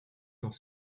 dans